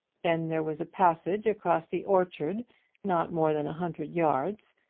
then there was a passage across the orchard not more than a hundred yards,